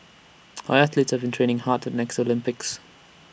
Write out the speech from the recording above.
our athletes have been training hard to next Olympics